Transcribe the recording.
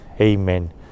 Amen